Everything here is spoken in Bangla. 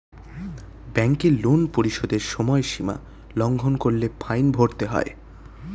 ব্যাংকের লোন পরিশোধের সময়সীমা লঙ্ঘন করলে ফাইন ভরতে হয়